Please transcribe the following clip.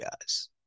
guys